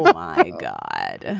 my god,